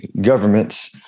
governments